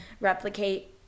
replicate